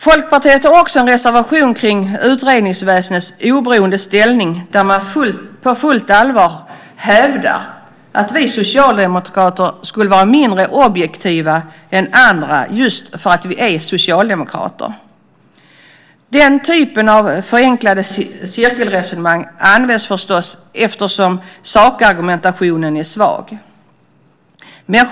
Folkpartiet har också en reservation kring utredningsväsendets oberoende ställning där man på fullt allvar hävdar att vi socialdemokrater skulle vara mindre objektiva än andra just för att vi är socialdemokrater. Den typen av förenklade cirkelresonemang används förstås eftersom sakargumentationen är svag.